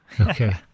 Okay